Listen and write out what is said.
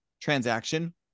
transaction